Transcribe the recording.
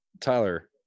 Tyler